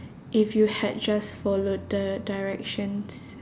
if you had just followed the directions